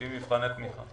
לפי מבחנתי תמיכה.